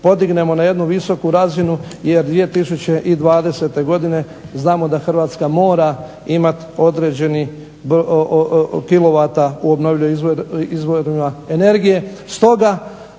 podignemo na jednu visoku razinu jer 2020. godine znamo da Hrvatska mora imati određenih kilovata u obnovljivim izvorima energije.